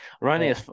running